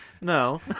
No